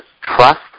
trust